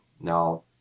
Now